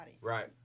Right